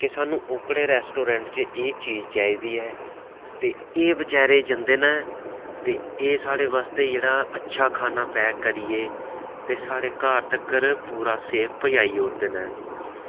कि सानूं ओह्कड़े रेस्टोरेंट च एह् चीज चाही दी ऐ ते एह् बेचारे जंदे न ते एह् साढ़े वास्तै जेह्ड़ा अच्छा खाना पैक करियै ते साढ़े घर तकर पूरा सेफ पजाई ओड़दे न